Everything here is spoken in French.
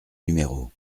numéro